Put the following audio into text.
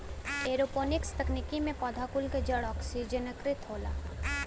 aeroponics तकनीकी में पौधा कुल क जड़ ओक्सिजनकृत होला